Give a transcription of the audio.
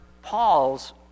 Paul's